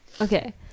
Okay